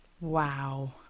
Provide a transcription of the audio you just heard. Wow